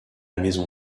maison